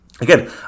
again